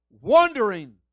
wondering